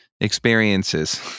experiences